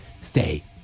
Stay